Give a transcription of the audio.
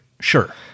Sure